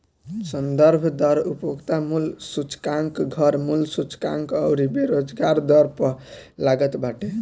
संदर्भ दर उपभोक्ता मूल्य सूचकांक, घर मूल्य सूचकांक अउरी बेरोजगारी दर पअ लागत बाटे